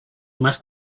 must